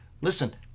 Listen